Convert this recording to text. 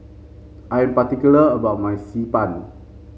I am particular about my Xi Ban